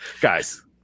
Guys